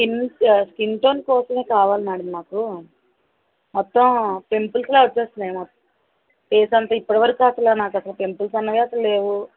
skin skin tone కోసమే కావాలి madam నాకు మొత్తం పింపుల్స్లా వచ్చేస్తున్నాయి నాకు ఫేస్ అంతా ఇప్పటి వరకు అసల నాకు అసల నాకు పింపుల్స్ అన్నవే అసలు లేవు